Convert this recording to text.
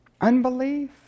unbelief